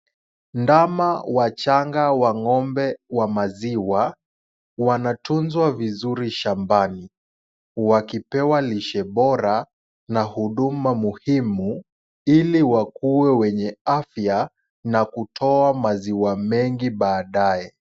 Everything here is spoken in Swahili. Ndama wachanga wa ng'ombe wa maziwa wanatunzwa vizuri shambani, wakipewa lishe bora na huduma muhimu ili wakuwe wenye afya na kutoa maziwa mengi baadaye.